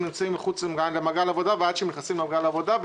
נמצאים מחוץ למעגל העבודה ועד שהם נכנסים למעגל העבודה,